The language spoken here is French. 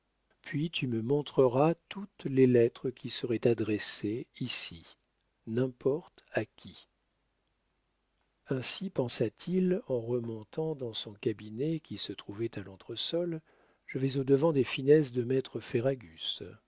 puis tu me montreras toutes les lettres qui seraient adressées ici n'importe à qui ainsi pensa-t-il en remontant dans son cabinet qui se trouvait à l'entresol je vais au-devant des finesses de maître